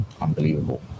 unbelievable